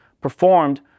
performed